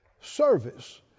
service